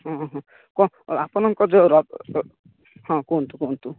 ହଁ ହଁ ହଁ କ'ଣ ଆପଣଙ୍କ ଯେଉଁ ର ହଁ କୁହନ୍ତୁ କୁହନ୍ତୁ